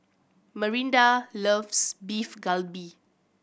Marinda loves Beef Galbi